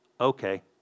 okay